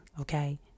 Okay